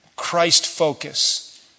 Christ-focus